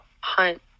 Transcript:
hunt